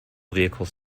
vehicles